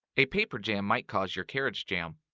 a paper jam might cause your carriage jam.